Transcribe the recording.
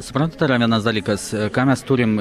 suprantat yra vienas dalykas ką mes turim